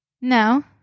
No